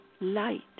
light